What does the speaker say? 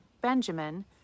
Benjamin